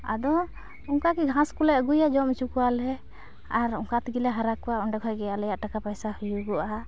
ᱟᱫᱚ ᱚᱱᱠᱟᱜᱮ ᱜᱷᱟᱥ ᱠᱚᱞᱮ ᱟᱹᱜᱩᱭᱟ ᱡᱚᱢ ᱦᱚᱪᱚ ᱠᱚᱣᱟᱞᱮ ᱟᱨ ᱚᱱᱠᱟᱛᱮᱜᱮ ᱞᱮ ᱦᱟᱨᱟ ᱠᱚᱣᱟ ᱚᱸᱰᱮ ᱠᱷᱚᱱᱜᱮ ᱟᱞᱮᱭᱟᱜ ᱯᱚᱭᱥᱟ ᱴᱟᱠᱟ ᱦᱩᱭᱩᱜᱚᱼᱟ